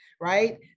right